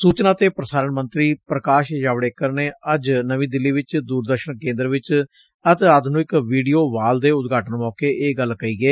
ਸੁਚਨਾ ਤੇ ਪ੍ਰਸਾਰਣ ਮੰਤਰੀ ਪ੍ਰਕਾਸ਼ ਜਾਵਡੇਕਰ ਨੇ ਅੱਜ ਨਵੀਂ ਦਿੱਲੀ ਚ ਦੁਰਦਰਸ਼ਨ ਕੇਂਦਰ ਵਿਚ ਅਤਿਆਧੁਨਿਕ ਵੀਡੀਓ ਵਾਲ ਦੇ ਉਦਘਾਟਨ ਮੌਕੇ ਇਹ ਗੱਲ ਕਹੀ ਏ